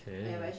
can